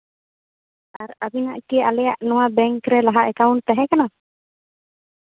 ᱟᱵᱤᱱᱟᱜ ᱠᱤ ᱟᱞᱮᱭᱟᱜ ᱱᱚᱣᱟ ᱵᱮᱝᱠᱨᱮ ᱞᱟᱦᱟ ᱮᱠᱟᱩᱱᱴ ᱛᱟᱦᱮᱸ ᱠᱟᱱᱟ